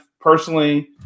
personally